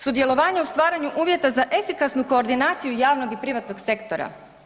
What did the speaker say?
Sudjelovanje u stvaranju uvjeta za efikasnu koordinaciju javnog i privatnog sektora.